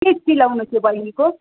के सिलाउन थियो बहिनीको